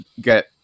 get